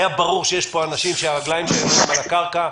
היה ברור שיש פה אנשים שהרגליים שלהם הן על הקרקע,